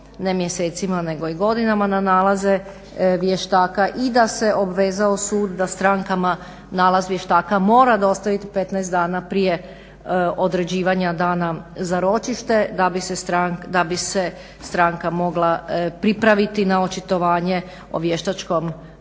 ne mjesecima, nego i godinama na nalaze vještaka i da se obvezao sud da strankama nalaz vještaka mora dostavit 15 dana prije određivanja dana za ročište da bi se stranka mogla pripraviti na očitovanje o vještačkom nalazu.